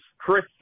Chris